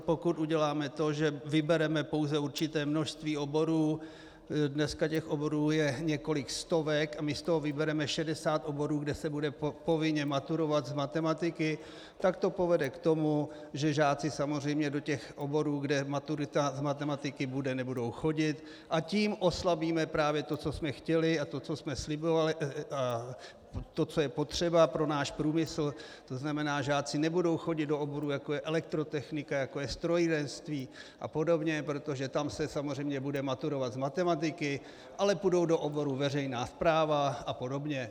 Pokud uděláme to, že vybereme pouze určité množství oborů, dnes je oborů několik stovek, a my z toho vybereme šedesát oborů, kde se bude povinně maturovat z matematiky, tak to povede k tomu, že žáci samozřejmě do oborů, kde maturita z matematiky bude, nebudou chodit, a tím oslabíme to, co jsme chtěli, co jsme slibovali a co je potřeba pro náš průmysl, to znamená, žáci nebudou chodit do oborů, jako je elektrotechnika, jako je strojírenství a podobně, protože tam se samozřejmě bude maturovat z matematiky, ale půjdou do oborů veřejná správa a podobně.